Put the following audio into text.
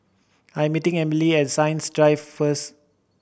I am meeting Emmalee at Science Drive first